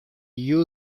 you